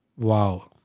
Wow